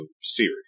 series